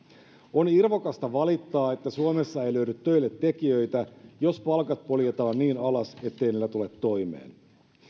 on irvokasta valittaa että suomessa ei löydy töille tekijöitä jos palkat poljetaan niin alas ettei niillä tule toimeen